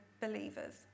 believers